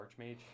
Archmage